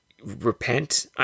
Repent